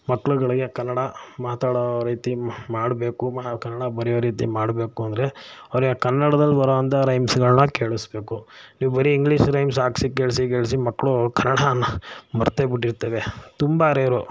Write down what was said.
ಮಕ್ಕಳುಗಳಿಗೆ ಕನ್ನಡ ಮಾತಾಡೋ ರೀತಿ ಮಾಡಬೇಕು ಕನ್ನಡ ಬರೆಯೋ ರೀತಿ ಮಾಡಬೇಕು ಅಂದರೆ ಅವರಿಗೆ ಕನ್ನಡದಲ್ಲಿ ಬರುವಂಥ ರೈಮ್ಸ್ಗಳನ್ನು ಕೇಳಿಸ್ಬೇಕು ನೀವು ಬರೀ ಇಂಗ್ಲೀಷ್ ರೈಮ್ಸ್ ಹಾಕ್ಸಿ ಕೇಳಿಸಿ ಕೇಳಿಸಿ ಮಕ್ಕಳು ಕನ್ನಡನ ಮರೆತೆ ಬಿಟ್ಟಿರ್ತವೆ ತುಂಬ ರೇರು